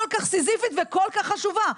כל כך סיזיפית וכל כך חשובה,